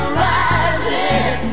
rising